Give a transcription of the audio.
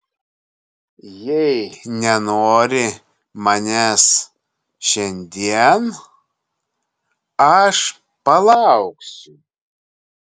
jei nenori manęs šiandien aš palauksiu